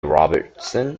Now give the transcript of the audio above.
robertson